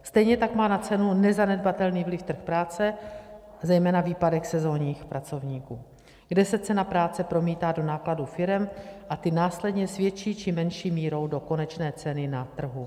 Stejně tak má na cenu nezanedbatelný vliv trh práce, zejména výpadek sezonních pracovníků, kde se cena práce promítá do nákladů firem a ty následně s větší či menší mírou do konečné ceny na trhu.